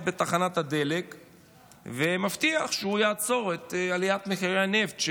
בתחנת הדלק ומבטיח שהוא יעצור את עליית מחירי הנפט,